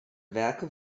werke